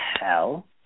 hell